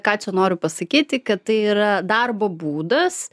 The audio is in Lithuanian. ką čia noriu pasakyti kad tai yra darbo būdas